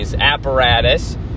apparatus